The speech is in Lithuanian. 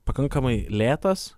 pakankamai lėtas